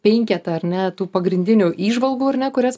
penketą ar ne tų pagrindinių įžvalgų ar ne kurias